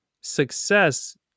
success